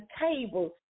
table